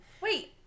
wait